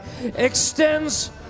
extends